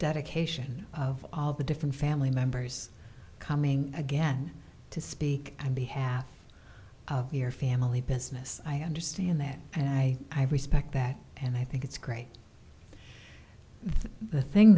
dedication of all the different family members coming again to speak on behalf of your family business i understand that and i respect that and i think it's great the thing